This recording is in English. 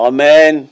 Amen